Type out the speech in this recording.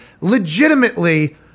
legitimately –